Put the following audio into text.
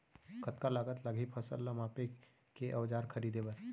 कतका लागत लागही फसल ला मापे के औज़ार खरीदे बर?